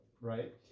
right